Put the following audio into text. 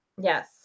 Yes